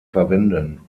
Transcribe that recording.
verwenden